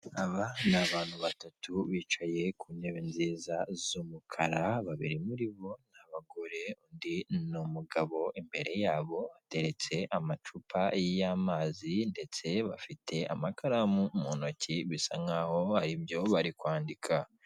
Aba ni abantu batatu bicaye ku ntebe nziza z'umukara babiri muri bo ni abagore undi ni umugabo. Imbere yabo hateretse amacupa y'amazi ndetse bafite amakaramu mu ntoki bisa nkaho hari ibyo kwandika.